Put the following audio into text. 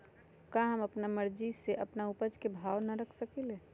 का हम अपना मर्जी से अपना उपज के भाव न रख सकींले?